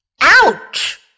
Ouch